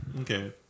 Okay